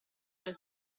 per